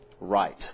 right